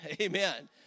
Amen